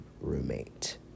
roommate